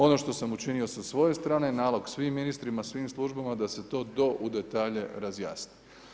Ono što sam učinio sa svoje strane je nalog svim ministrima, svim službama da se to do u detalje razjasni.